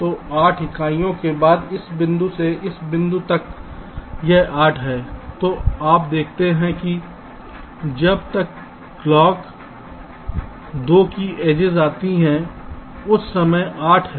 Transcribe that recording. तो 8 इकाइयों के बाद इस बिंदु से इस बिंदु पर यह 8 है तो आप देखते हैं कि जब तक क्लॉक 2 की एजेस आती है इस समय 8 है